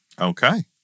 Okay